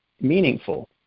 meaningful